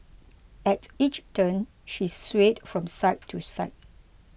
at each turn she swayed from side to side